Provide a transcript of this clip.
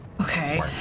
Okay